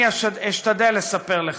אני אשתדל לספר לך.